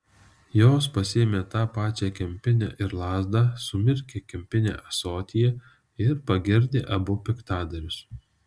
jos pasiėmė tą pačią kempinę ir lazdą sumirkė kempinę ąsotyje ir pagirdė abu piktadarius